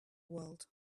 world